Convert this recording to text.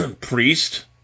priest